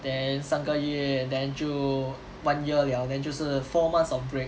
then 三个月 then 就 one year liao then 就是 four months of break